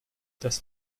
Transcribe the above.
dass